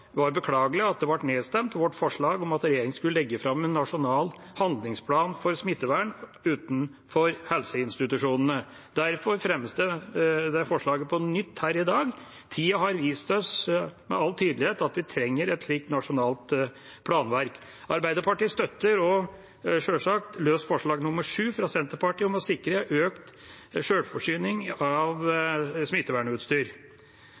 beklagelig at vårt forslag om at regjeringa skulle legge fram en nasjonal handlingsplan for smittevern utenfor helseinstitusjonene, ble nedstemt. Derfor fremmes det forslaget på nytt her i dag. Tida har med all tydelighet vist oss at vi trenger et slikt nasjonalt planverk. Arbeiderpartiet støtter også sjølsagt løst forslag nr. 7, fra Senterpartiet, om å sikre økt sjølforsyning av